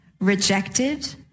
rejected